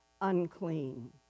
unclean